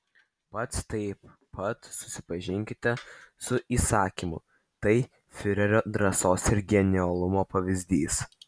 pats taip pat susipažinkite su įsakymu tai fiurerio drąsos ir genialumo pavyzdys